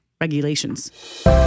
regulations